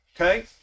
Okay